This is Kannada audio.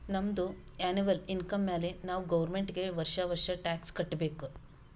ನಮ್ದು ಎನ್ನವಲ್ ಇನ್ಕಮ್ ಮ್ಯಾಲೆ ನಾವ್ ಗೌರ್ಮೆಂಟ್ಗ್ ವರ್ಷಾ ವರ್ಷಾ ಟ್ಯಾಕ್ಸ್ ಕಟ್ಟಬೇಕ್